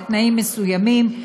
בתנאים מסוימים,